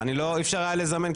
אי-אפשר היה לזמן,